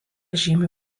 žymi